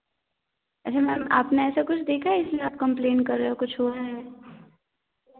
अच्छा मैम आपने ऐसा कुछ देखा है जिसमें आप कम्प्लेन कर रहे हों कुछ हुआ है